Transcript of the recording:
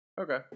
Okay